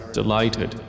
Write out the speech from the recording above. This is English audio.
delighted